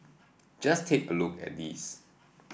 just take a look at these